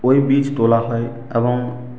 ওই বীজ তোলা হয় এবং